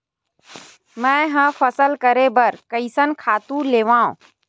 मैं ह फसल करे बर कइसन खातु लेवां?